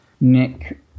Nick